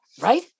Right